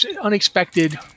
unexpected